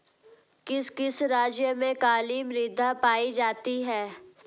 किस किस राज्य में काली मृदा पाई जाती है?